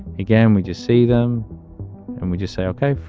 again, we just see them and we just say, ok,